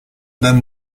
dame